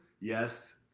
Yes